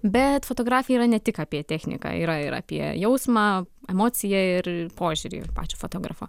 bet fotografija yra ne tik apie techniką yra ir apie jausmą emociją ir požiūrį ir pačio fotografo